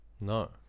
no